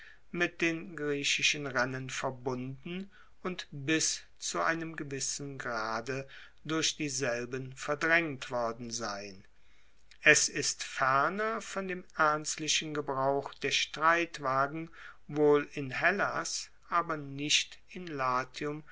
mit den griechischen rennen verbunden und bis zu einem gewissen grade durch dieselben verdraengt worden sein es ist ferner von dem ernstlichen gebrauch der streitwagen wohl in hellas aber nicht in latium